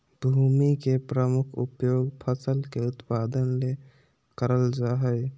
भूमि के प्रमुख उपयोग फसल के उत्पादन ले करल जा हइ